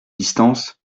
distance